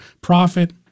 profit